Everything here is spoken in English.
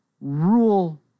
rule